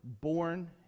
born